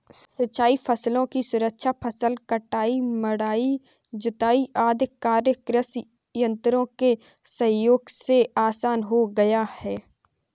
सिंचाई फसलों की सुरक्षा, फसल कटाई, मढ़ाई, ढुलाई आदि कार्य कृषि यन्त्रों के सहयोग से आसान हो गया है